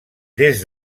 des